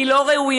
היא לא ראויה,